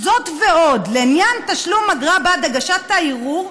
"זאת ועוד, לעניין תשלום אגרה בעד הגשת הערעור,